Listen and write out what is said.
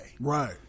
Right